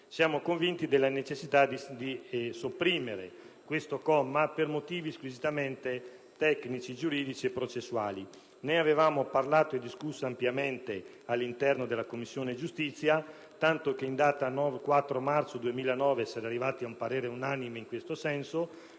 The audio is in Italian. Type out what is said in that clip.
siamo convinti della necessità di sopprimere il comma 3 per motivi squisitamente tecnici, giuridici e processuali. Ne avevamo discusso ampiamente all'interno della Commissione giustizia, tanto che in data 4 marzo 2009 si era arrivati a un parere unanime in questo senso,